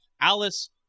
Alice